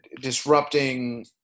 disrupting